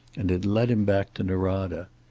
and it led him back to norada.